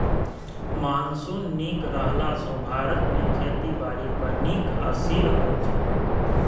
monsoon नीक रहला सँ भारत मे खेती बारी पर नीक असिर होइ छै